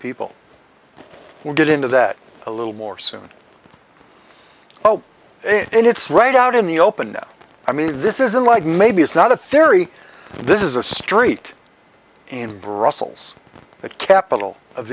people we'll get into that a little more soon oh it's right out in the open i mean this isn't like maybe it's not a theory this is a street in brussels the capital of